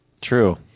True